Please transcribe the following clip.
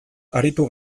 aritu